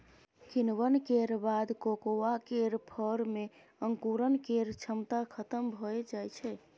किण्वन केर बाद कोकोआ केर फर मे अंकुरण केर क्षमता खतम भए जाइ छै